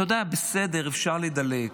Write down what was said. אתה יודע, בסדר, אפשר לדלג.